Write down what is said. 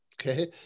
Okay